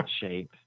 shape